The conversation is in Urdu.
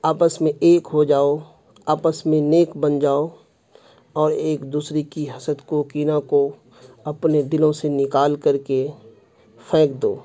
آپس میں ایک ہو جاؤ آپس میں نیک بن جاؤ اور ایک دوسرے کی حسد کو کینہ کو اپنے دلوں سے نکال کر کے پھینک دو